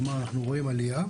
כלומר יש עלייה.